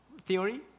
theory